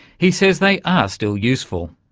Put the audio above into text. he says they are still useful.